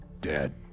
Dead